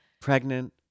Pregnant